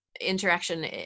interaction